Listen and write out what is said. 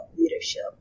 leadership